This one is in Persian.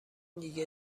دیگه